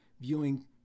viewing